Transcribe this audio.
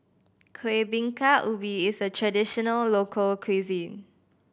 Kuih Bingka Ubi is a traditional local cuisine